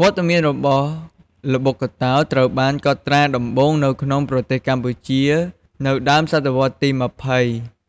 វត្តមានរបស់ល្បុក្កតោត្រូវបានកត់ត្រាដំបូងនៅក្នុងប្រទេសកម្ពុជានៅដើមសតវត្សរ៍ទី២០